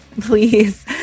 please